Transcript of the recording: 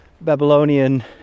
Babylonian